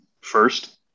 first